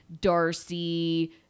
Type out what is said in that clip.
darcy